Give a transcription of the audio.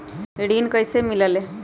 ऋण कईसे मिलल ले?